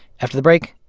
after the break,